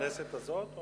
בכנסת הזאת?